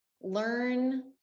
Learn